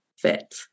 fit